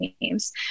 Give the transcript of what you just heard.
names